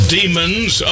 Demons